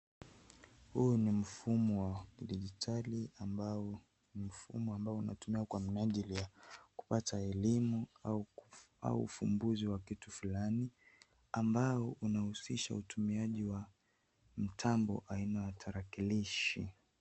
Huu ni mfumo wa digitali ambao unatumika kwa ajili ya kupata elimu au ufumbuzi wa kitu fulani, ambao unahusisha utumiaji wa mtambo aina ya tarakilishi.